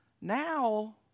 Now